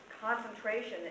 concentration